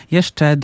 Jeszcze